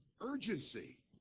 Urgency